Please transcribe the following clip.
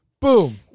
Boom